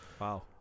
Wow